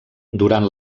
durant